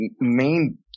main